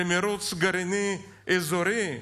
למרוץ גרעיני אזורי?